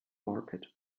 market